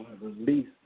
release